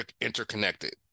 interconnected